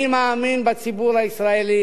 אני מאמין בציבור הישראלי.